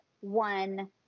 one